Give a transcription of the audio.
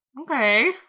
okay